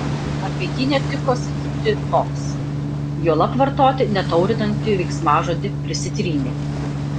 apie jį netiko sakyti toks juolab vartoti netaurinantį veiksmažodį prisitrynė